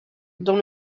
dans